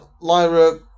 Lyra